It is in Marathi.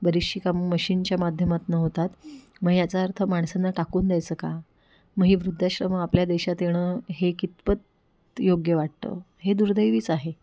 बरीचशी कामं मशीनच्या माध्यमातनं होतात मग याचा अर्थ माणसांना टाकून द्यायचं का मग ही वृद्धाश्रम आपल्या देशात येणं हे कितपत योग्य वाटतं हे दुर्दैवीच आहे